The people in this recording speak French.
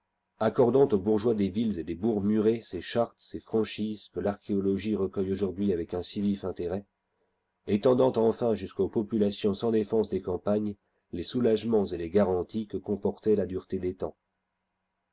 accordant aux bourgeois des villes et des bourgs murés ces chartes ces franchises que l'archéologie recueille aujourd'hui avec un si vif intérêt étendant enfin jusqu'aux populations sans défense des campagnes les soulagements et les garanties que comportait la dureté des temps